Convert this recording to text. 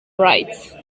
rights